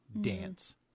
dance